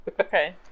Okay